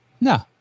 No